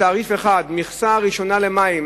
בתעריף 1. מכסה ראשונה למים,